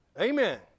Amen